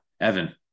Evan